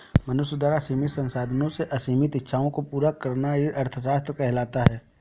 मनुष्य द्वारा सीमित संसाधनों से असीमित इच्छाओं को पूरा करना ही अर्थशास्त्र कहलाता है